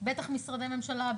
בטח משרדי ממשלה,